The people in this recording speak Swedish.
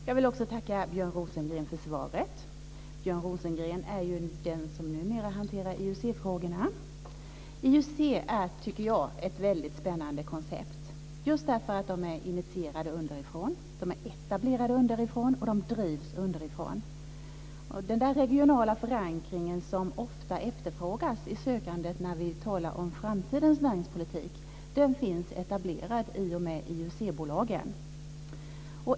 Fru talman! Jag vill tacka Björn Rosengren för svaret. Björn Rosengren är numera den som hanterar IUC är, tycker jag, ett mycket spännande koncept just därför att de är initierade underifrån. De är etablerade underifrån och de drivs underifrån. Den regionala förankring som ofta efterfrågas i sökandet när vi talar om framtidens näringspolitik finns etablerad i och med IUC-bolagen.